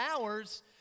hours